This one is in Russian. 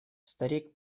старик